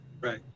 Right